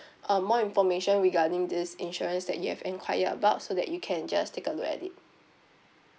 uh more information regarding this insurance that you have enquire about so that you can just take a look at it